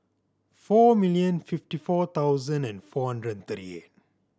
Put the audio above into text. four million fifty four thousand and four hundred thirty eight